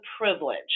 privilege